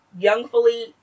Youngfully